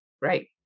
right